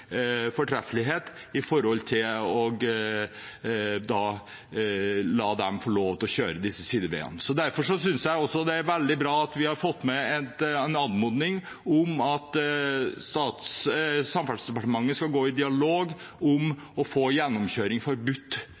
fortreffelighet hvis vi lar dem få lov til å kjøre på disse sideveiene. Derfor synes jeg også det er veldig bra at vi har fått med en anmodning om at Samferdselsdepartementet skal gå i dialog om å få gjennomkjøring forbudt,